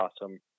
awesome